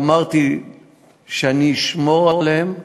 אמרתי שאני אשמור עליהם,